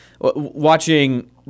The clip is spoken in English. watching